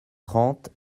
trente